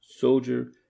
Soldier